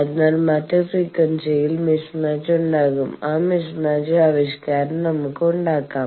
അതിനാൽ മറ്റ് ഫ്രീക്വൻസിയിൽ മിസ്മാച്ച് ഉണ്ടാകും ആ മിസ്മാച്ചിനുള്ള ആവിഷ്കാരം നമുക്ക് ഉണ്ടാകാം